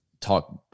talk